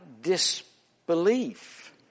disbelief